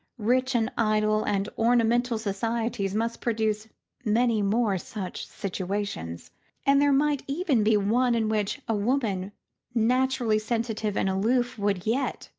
rich and idle and ornamental societies must produce many more such situations and there might even be one in which a woman naturally sensitive and aloof would yet,